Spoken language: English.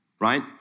Right